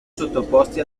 sottoposti